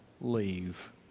leave